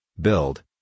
build